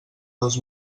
dos